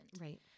right